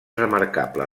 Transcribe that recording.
remarcable